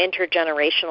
intergenerational